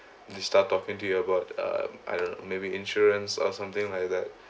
they start talking to you about uh I don't know maybe insurance or something like that